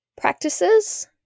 practices